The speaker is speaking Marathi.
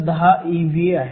10 ev आहे